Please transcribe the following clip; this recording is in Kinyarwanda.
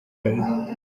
kabisa